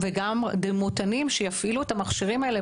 וגם דימותנים, שיפעילו את המכשירים האלה.